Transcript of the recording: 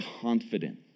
confident